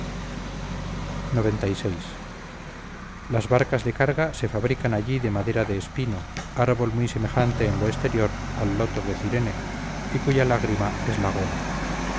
aberturas xcvi las barcas de carga se fabrican allí de madera de espino árbol muy semejante en lo exterior al loto de cirene y cuya lágrima es la goma